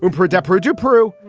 and poor adepero to peru.